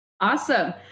Awesome